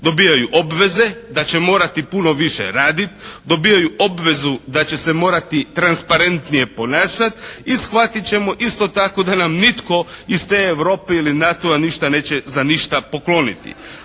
Dobijaju obveze da će morati puno više radit, dobivaju obvezu da će se morati transparentnije ponašat i shvatit ćemo isto tako da nam nitko iz te Europe ili NATO-a ništa neće za ništa pokloniti.